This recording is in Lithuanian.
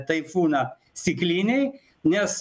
taifūną stiklinėj nes